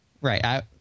Right